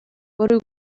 bwrw